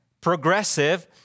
progressive